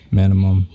minimum